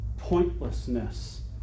pointlessness